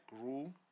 grew